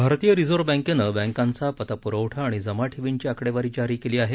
भारतीय रिझर्व बँकेनं बँकांचा पतप्रवठा आणि जमा ठेवींची आकडेवारी जारी केली आहे